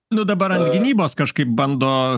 nu dabar ant gynybos kažkaip bando